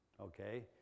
Okay